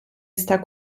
está